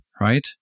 right